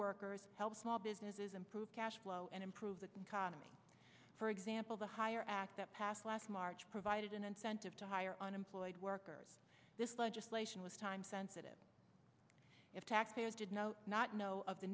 workers help small businesses improve cash flow and improve the economy for example the hire act that passed last march provided an incentive to hire unemployed workers this legislation was time sensitive if taxpayers did not not know of the